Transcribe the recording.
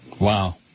Wow